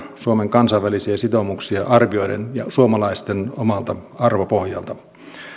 suomen kansainvälisiä sitoumuksia arvioiden ja suomalaisten omalta arvopohjalta